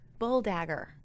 Bulldagger